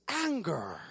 anger